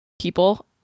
people